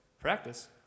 practice